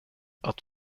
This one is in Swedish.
att